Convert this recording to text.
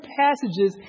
passages